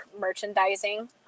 merchandising